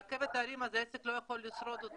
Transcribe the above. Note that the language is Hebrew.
ברכבת ההרים העסק לא יכול לשרוד,